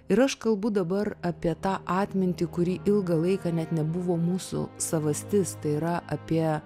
ir aš kalbu dabar apie tą atmintį kuri ilgą laiką net nebuvo mūsų savastis tai yra apie